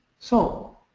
so